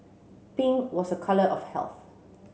pink was a colour of health